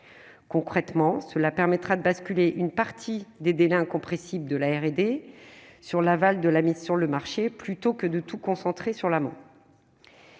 concrètement, cela permettra de basculer une partie des délais incompressibles de la R&D sur l'aval de la mise sur le marché plutôt que de tout concentrer sur l'amont,